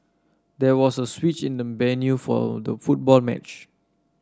there was a switch in the venue for the football match